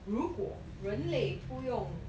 如果人类不用